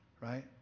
Right